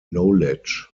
knowledge